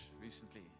recently